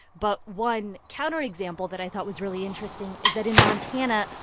but one counterexample that i thought was really interesting is that in montana,